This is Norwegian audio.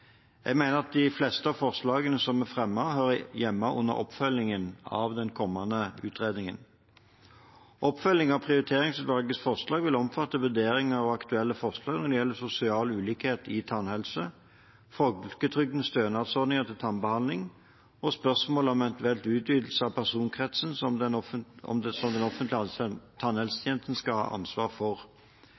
Jeg mener at de fleste av forslagene som er fremmet, hører hjemme under oppfølgingen av den kommende utredningen. Oppfølging av prioriteringsutvalgets forslag vil omfatte vurderinger og aktuelle forslag når det gjelder sosial ulikhet i tannhelse, folketrygdens stønadsordninger til tannbehandling og spørsmål om eventuell utvidelse av personkretsen som den offentlige tannhelsetjenesten skal ha ansvar for.